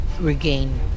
regain